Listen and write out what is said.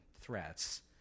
threats